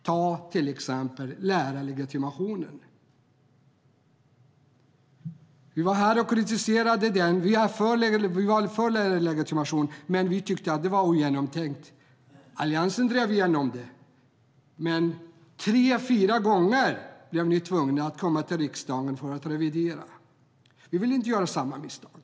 Ta till exempel lärarlegitimationen. Vi var för lärarlegitimationer, men vi tyckte att det var ogenomtänkt. Alliansen drev igenom det, men tre fyra gånger var ni tvungna att komma till riksdagen för att revidera. Vi vill inte göra samma misstag.